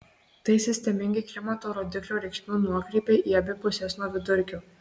tai sistemingi klimato rodiklio reikšmių nuokrypiai į abi puses nuo vidurkio